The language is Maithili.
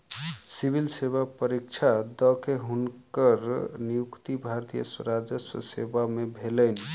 सिविल सेवा परीक्षा द के, हुनकर नियुक्ति भारतीय राजस्व सेवा में भेलैन